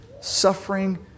Suffering